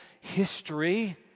history